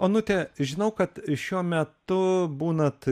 onute žinau kad šiuo metu būnat